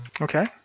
Okay